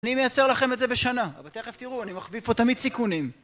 אני מייצר לכם את זה בשנה, אבל תכף תראו, אני מחביא פה תמיד סיכונים.